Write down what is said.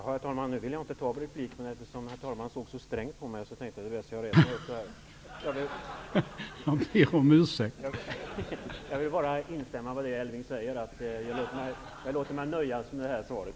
Herr talman! Jag hade inte tänkt begära replik, men när herr talmannen såg så strängt på mig, tänkte jag att det är bäst att jag gör det. Jag vill bara instämma i det Elving Andersson sade. Jag låter mig nöja med det.